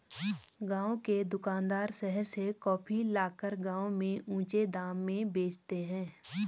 गांव के दुकानदार शहर से कॉफी लाकर गांव में ऊंचे दाम में बेचते हैं